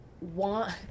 want